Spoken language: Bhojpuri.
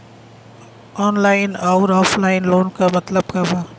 ऑनलाइन अउर ऑफलाइन लोन क मतलब का बा?